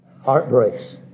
Heartbreaks